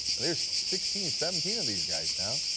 there are sixteen, seventeen of these guys now,